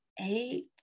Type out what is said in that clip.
eight